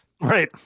Right